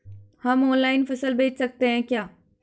हम ऑनलाइन फसल बेच सकते हैं क्या?